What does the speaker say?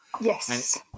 Yes